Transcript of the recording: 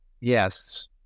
Yes